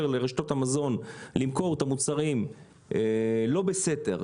לרשתות המזון למכור את המוצרים לא בסתר,